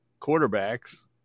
quarterbacks